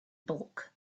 bulk